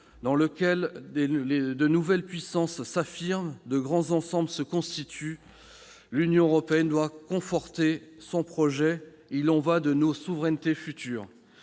dans lequel de nouvelles puissances s'affirment et de grands ensembles se constituent, l'Union européenne doit conforter son projet. Il y va de nos souverainetés futures.